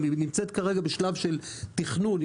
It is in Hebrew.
היא נמצאת כרגע בשלב של תכנון.